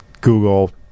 Google